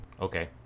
Okay